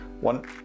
One